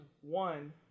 One